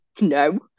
no